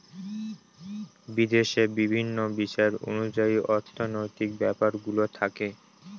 বিদেশে বিভিন্ন বিচার অনুযায়ী অর্থনৈতিক ব্যাপারগুলো থাকে